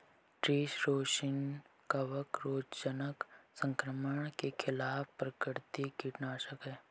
tree rosin कवक रोगजनक संक्रमण के खिलाफ प्राकृतिक कीटनाशक है